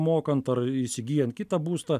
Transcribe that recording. mokant ar įsigyjant kitą būstą